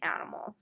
animals